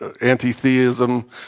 anti-theism